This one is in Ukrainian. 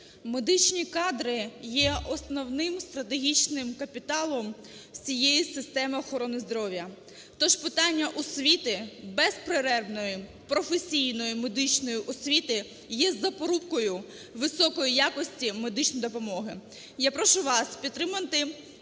медичні кадри є основним стратегічним капіталом всієї системи охорони здоров'я. То ж питання освіти, безперервної професійної медичної освіти є запорукою високої якості медичної допомоги. Я прошу вас підтримати